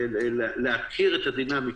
להכיר את הדינמיקה